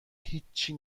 هیچی